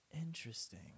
Interesting